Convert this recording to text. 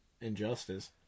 Injustice